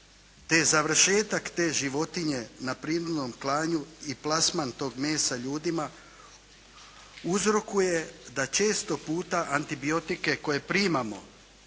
te završetak te životinje na …/Govornik se ne razumije./… klanju i plasman toga mesa ljudima uzrokuje da često puta antibiotike koje primamo,